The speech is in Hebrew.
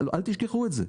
אל תשכחו את זה,